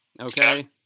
okay